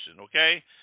okay